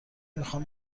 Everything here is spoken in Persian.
میخوام